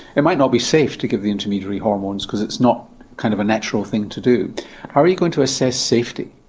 it might not be safe to give the intermediary hormones because it's not kind of a natural thing to do. how are you going to assess safety?